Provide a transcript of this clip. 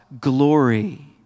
glory